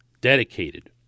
dedicated